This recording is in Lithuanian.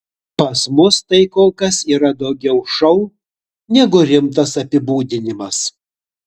pas mus tai kol kas yra daugiau šou negu rimtas apibūdinimas